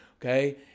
okay